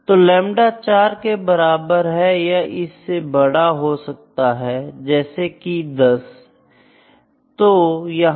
तो लेमड़ा 4 के बराबर है या इससे भी बड़ा हो सकता है जैसे कि 10